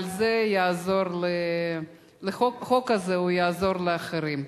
אבל החוק הזה יעזור לאחרים.